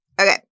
Okay